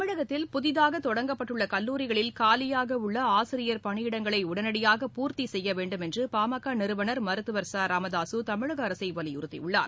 தமிழகத்தில் புதிதாக தொடங்கப்பட்டுள்ள கல்லூரிகளில் காலியாக உள்ள ஆசிரியர் பணியிடங்களை உடனடியாக பூர்த்தி செய்யவேண்டும் என்று பா ம க நிறுவனர் முத்துவர் ச ராமதாசு தமிழக அரசை வலியுறுத்தியுள்ளார்